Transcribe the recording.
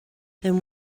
than